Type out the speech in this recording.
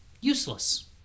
Useless